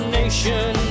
nation